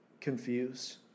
confused